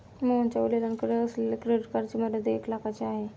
मोहनच्या वडिलांकडे असलेल्या क्रेडिट कार्डची मर्यादा एक लाखाची आहे